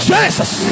Jesus